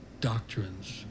doctrines